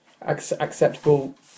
acceptable